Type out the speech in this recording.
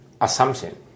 assumption